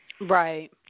Right